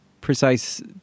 precise